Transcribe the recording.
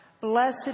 Blessed